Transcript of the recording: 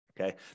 Okay